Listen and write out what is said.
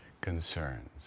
concerns